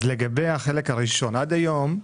לגבי החלק הראשון: עד היום,